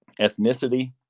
ethnicity